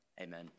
amen